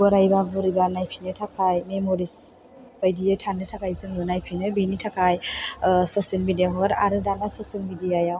बोरायबा बुरैबा नायफिननो थाखाय मेम'रिस बायदियै थानो थाखाय जोङो नायफिनो बेनि थाखाय ससियेल मिडिया आव हगारो आरो दानिया ससियेल मिडिया आव